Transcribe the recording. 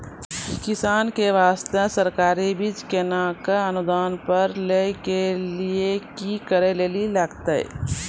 किसान के बास्ते सरकारी बीज केना कऽ अनुदान पर लै के लिए की करै लेली लागतै?